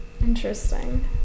interesting